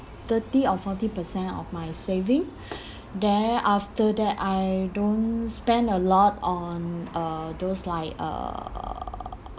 thirty or forty percent of my saving then after that I don't spend a lot on uh those like uh